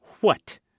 What